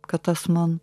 kad tas man